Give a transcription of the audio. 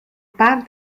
par